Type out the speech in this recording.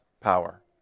power